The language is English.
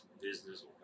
business